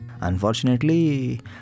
Unfortunately